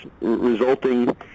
resulting